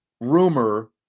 rumor